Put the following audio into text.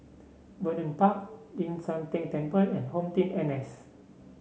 Vernon Park Ling San Teng Temple and HomeTeam N S